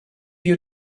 you